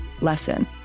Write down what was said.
lesson